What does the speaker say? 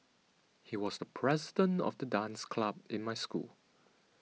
he was the president of the dance club in my school